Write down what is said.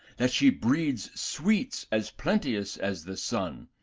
that she breeds sweets as plenteous as the sun,